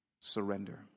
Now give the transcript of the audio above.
surrender